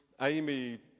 Amy